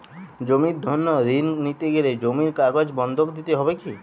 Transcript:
জমির জন্য ঋন নিতে গেলে জমির কাগজ বন্ধক দিতে হবে কি?